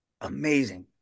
Amazing